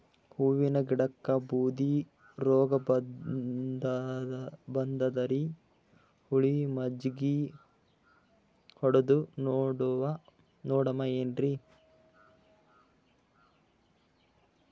ಹೂವಿನ ಗಿಡಕ್ಕ ಬೂದಿ ರೋಗಬಂದದರಿ, ಹುಳಿ ಮಜ್ಜಗಿ ಹೊಡದು ನೋಡಮ ಏನ್ರೀ?